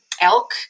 elk